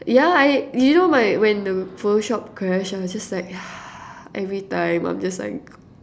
yeah I do you know my when the photoshop crash I was just like every time I'm just like